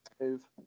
move